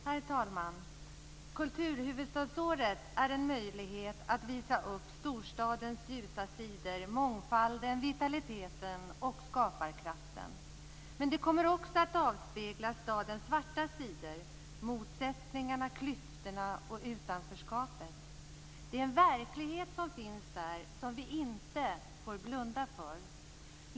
Herr talman! Kulturhuvudstadsåret är en möjlighet att visa upp storstadens ljusa sidor; mångfalden, vitaliteten och skaparkraften. Men det kommer också att avspegla stadens svarta sidor; motsättningarna, klyftorna och utanförskapet. Det är en verklighet som finns där som vi inte får blunda för.